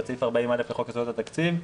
את סעיף 40א לחוק יסודות התקציב,